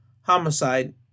Homicide